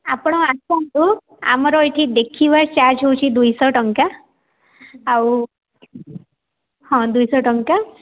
ଆପଣ ଆସନ୍ତୁ ଆମର ଏଇଠି ଦେଖିବା ଚାର୍ଜ୍ ହେଉଛି ଦୁଇଶହ ଟଙ୍କା ଆଉ ହଁ ଦୁଇଶହ ଟଙ୍କା